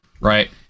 right